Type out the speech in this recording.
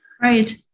Right